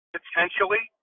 Potentially